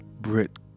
Brit